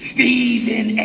Stephen